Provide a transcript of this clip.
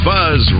Buzz